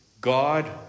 God